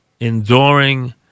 enduring